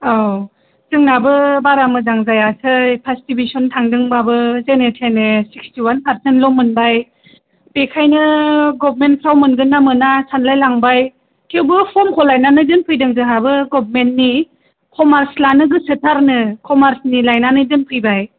औ जोंनाबो बारा मोजां जायासै फार्स दिबिसन थांदोंब्लाबो जेने थेने सिक्सथि वान पारसेन्टल' मोनबाय बेखायनो गबमेनयाव मोनगोना मोना सानलाइ लांबाय थेवबो फमखौ लाइनानै दोनफैदों जोंहाबो गबमेननि कमार्स लानो गोसोथारनो कमार्सनि लाइनानै दोनफैबाय